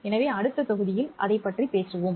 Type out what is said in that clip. எனவே அடுத்த தொகுதியில் அதைப் பற்றி பேசுவோம்